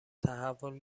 تحول